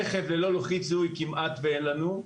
רכב ללא לוחית זיהוי כמעט ואין לנו,